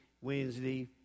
Wednesday